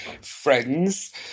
friends